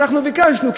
ואנחנו ביקשנו,